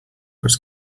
was